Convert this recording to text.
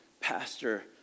pastor